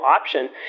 option